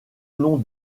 nom